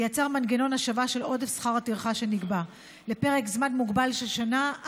ויצר מנגנון השבה של עודף שכר הטרחה שנקבע לפרק זמן מוגבל של שנה,